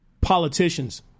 politicians